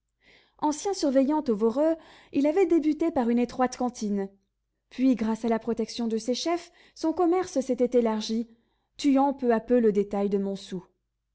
ancien surveillant au voreux il avait débuté par une étroite cantine puis grâce à la protection de ses chefs son commerce s'était élargi tuant peu à peu le détail de montsou